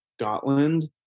scotland